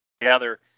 together